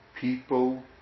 people